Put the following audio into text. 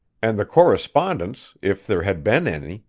and the correspondence, if there had been any,